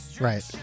right